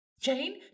Jane